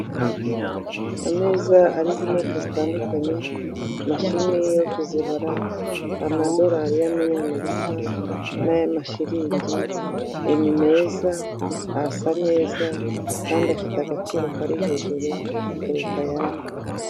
Ameza ariho inote zitandukanye, mashine yo kuzibara, amadorari y'amanyamerika n'ay'amashiringi, ni meza, arasa neza kandi afite agaciro kari hejuru kuruta ayandi.